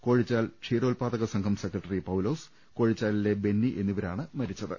കോഴിച്ചാൽ ക്ഷീരോത്പാ ദക സംഘം സെക്രട്ടറി പൌലോസ് കോഴിച്ചാലിലെ ബെന്നി എന്നിവരാണ് മരിച്ചത്